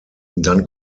dann